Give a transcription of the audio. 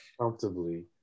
comfortably